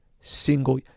single